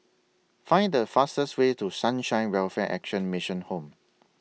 Find The fastest Way to Sunshine Welfare Action Mission Home